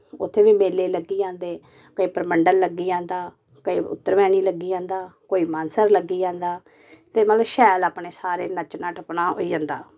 उत्थें बी मेले लग्गी जंदे कोई परमंडल लग्गी जंदा कोई उत्तरवैनी लग्गी जंदा कोई मानसर लग्गी जंदा ते मतलव शैल अपने सारे नच्चना टप्पना होई जंदा